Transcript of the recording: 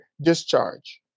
discharge